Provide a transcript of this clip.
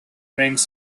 rings